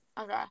Okay